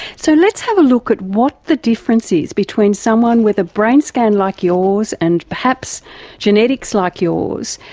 so let's have a look at what the difference is between someone with a brain scan like yours and perhaps genetics like yours,